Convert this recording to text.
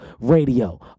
radio